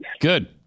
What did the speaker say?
Good